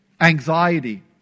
anxiety